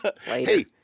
hey